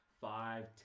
five